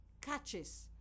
catches